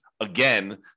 again